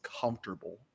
comfortable